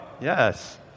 Yes